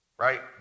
Right